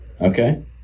Okay